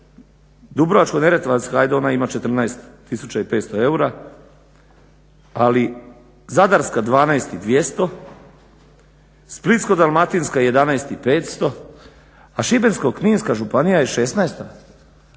Dubrovačko-neretvanska ajd ona ima 14500 eura, ali Zadarska 12200, Splitsko-dalmatinska 11500 a Šibensko-kninska županija je 16.po